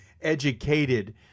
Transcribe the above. educated